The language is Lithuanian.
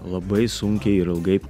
labai sunkiai ir ilgai